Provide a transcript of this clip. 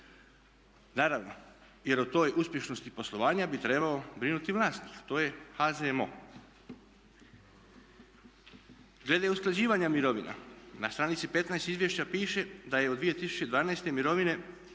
Naravno, jer o toj uspješnosti poslovanja bi trebao brinuti vlasnik a to je HZMO. Glede usklađivanja mirovina na stranici 15. izvješća piše da je u 2012. mirovine